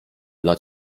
dla